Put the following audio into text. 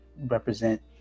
represent